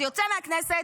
יוצא מהכנסת,